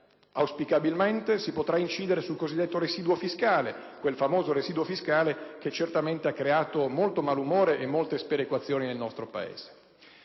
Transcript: Auspicabilmente, si potrà incidere sul cosiddetto residuo fiscale, quel famoso residuo fiscale che ha creato molto malumore e molte sperequazioni nel nostro Paese.